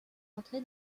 entrer